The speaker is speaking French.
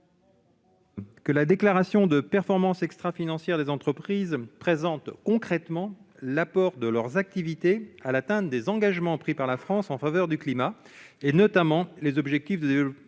Que la déclaration de performance extra-financière des entreprises présentes concrètement l'apport de leurs activités à l'atteinte des engagements pris par la France en faveur du climat et notamment les objectifs de développement